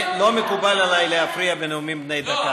לא מקובל עליי להפריע בנאומים בני דקה.